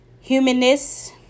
Humanness